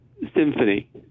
symphony